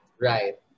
Right